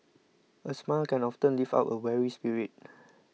a smile can often lift up a weary spirit